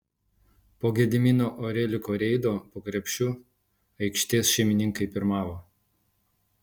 po gedimino oreliko reido po krepšiu aikštės šeimininkai pirmavo